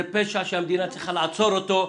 זה פשע שהמדינה צריכה לעצור אותו,